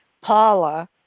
Paula